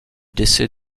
décès